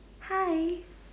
hi